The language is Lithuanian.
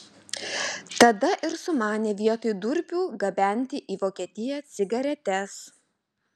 tada ir sumanė vietoj durpių gabenti į vokietiją cigaretes